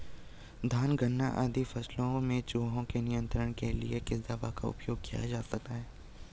धान गन्ना आदि फसलों में चूहों के नियंत्रण के लिए किस दवाई का उपयोग किया जाता है?